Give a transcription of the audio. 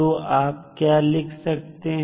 तो आप क्या लिख सकते हैं